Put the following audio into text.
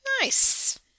Nice